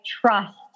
trust